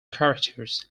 characters